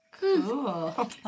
Cool